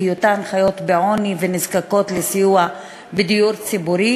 בהיותן חיות בעוני ונזקקות לסיוע בדיור ציבורי,